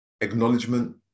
acknowledgement